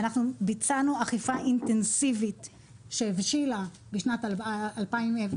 אנחנו ביצענו אכיפה אינטנסיבית שהבשילה בשנת 2017,